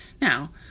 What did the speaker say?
now